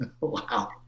Wow